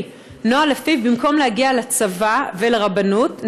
נוהל שלפיו במקום להגיע לצבא ולרבנות,